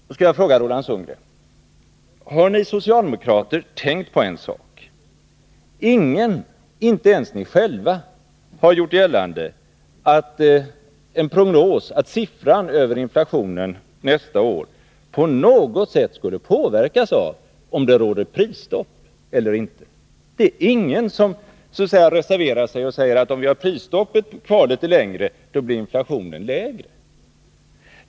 Jag vill då fråga Roland Sundgren: Har ni socialdemokrater tänkt på att ingen, inte ens ni själva, gjort gällande att inflationsnivån nästa år på något sätt skulle påverkas av om det råder prisstopp eller inte. Det är ingen som reserverar sig och säger att om vi har prisstoppet kvar litet längre, blir inflationen lägre.